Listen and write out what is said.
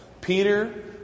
Peter